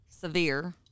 severe